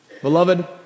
Beloved